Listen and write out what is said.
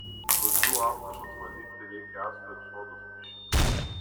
rūdžių apnašas valyti reikia acto ir sodos mišiniu